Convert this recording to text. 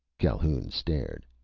calhoun stared.